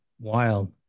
wild